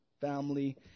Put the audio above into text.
family